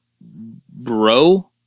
bro